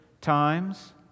times